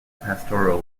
pastoral